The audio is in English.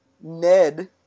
Ned